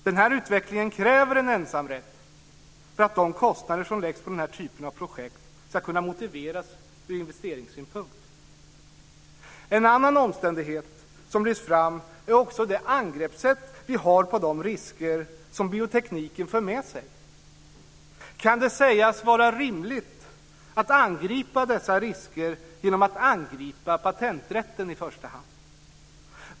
Denna utveckling kräver en ensamrätt för att de kostnader som läggs på denna typ av projekt ska kunna motiveras ur investeringssynpunkt. En annan omständighet som lyfts fram är också det angreppssätt vi har på de risker som biotekniken för med sig. Kan det sägas vara rimligt att angripa dessa risker genom att angripa patenträtten i första hand?